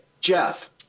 Jeff